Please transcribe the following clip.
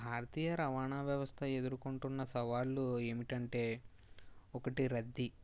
భారతీయ రవాణా వ్యవస్థ ఎదుర్కొంటున్న సవాళ్ళు ఏమిటంటే ఒకటి రద్దీ